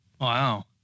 Wow